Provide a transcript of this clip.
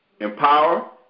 empower